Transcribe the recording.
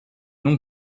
non